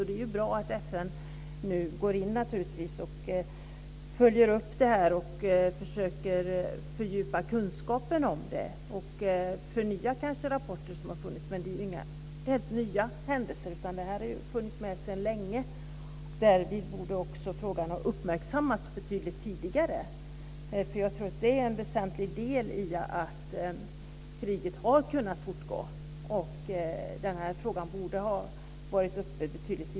Det är bra att FN nu går in och följer upp detta, försöker att fördjupa kunskaperna och förnya de gamla rapporterna. Men det är ju inga nya händelser, utan dessa har varit aktuella sedan länge. Frågan borde också ha uppmärksammats betydligt tidigare, och det är en väsentlig del i att kriget har kunnat fortgå.